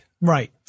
Right